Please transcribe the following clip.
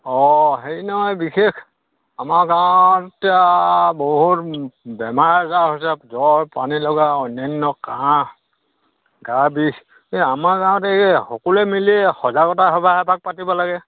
অ হেৰি নহয় বিশেষ আমাৰ গাঁৱত এতিয়া বহুত বেমাৰ আজাৰ হৈছে জ্বৰ পানীলগা অন্যান্য কাঁহ গা বিষ এই আমাৰ গাঁৱত এই সকলোৱে মিলি সজাগতা সভা এভাগ পাতিব লাগে